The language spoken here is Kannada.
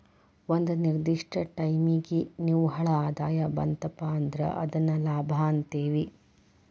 ಒಂದ ನಿರ್ದಿಷ್ಟ ಟೈಮಿಗಿ ನಿವ್ವಳ ಆದಾಯ ಬಂತಪಾ ಅಂದ್ರ ಅದನ್ನ ಲಾಭ ಅಂತೇವಿ